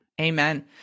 Amen